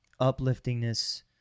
upliftingness